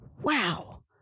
Wow